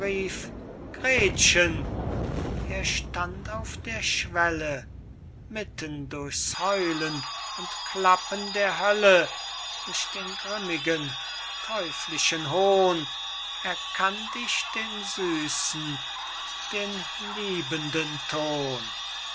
er stand auf der schwelle mitten durch's heulen und klappen der hölle durch den grimmigen teuflischen hohn erkannt ich den süßen den liebenden ton